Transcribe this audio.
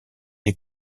des